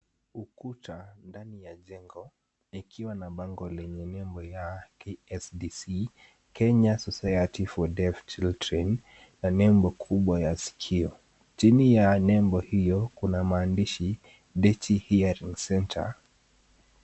Ukuta ndani ya jengo likiwa na bango lenye nembo ya KSDC kenya society for deaf children na nembo ya ya sikio. Chini ya nembo hiyo kuna maandishi bechi hearing center.